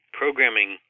programming